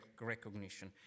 recognition